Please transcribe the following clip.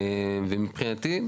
מבחינתי,